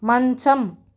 మంచం